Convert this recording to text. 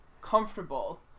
comfortable